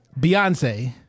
Beyonce